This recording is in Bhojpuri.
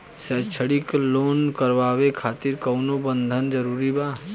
शैक्षणिक लोन करावे खातिर कउनो बंधक जरूरी बा?